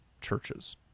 churches